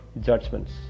judgments